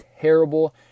terrible